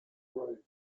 grade